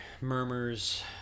murmurs